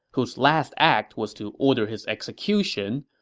whose last act was to order his execution,